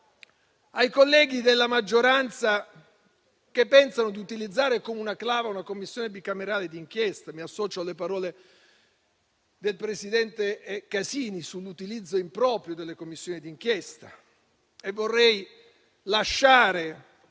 ai colleghi della maggioranza, che pensano di utilizzare come una clava una Commissione bicamerale d'inchiesta, e qui mi associo alle parole del presidente Casini sull'utilizzo improprio delle Commissioni d'inchiesta. Vorrei lasciare